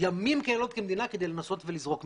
ימים כלילות כמדינה כדי לנסות ולזרוק מכאן,